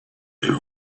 there